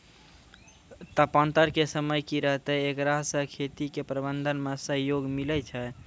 तापान्तर के समय की रहतै एकरा से खेती के प्रबंधन मे सहयोग मिलैय छैय?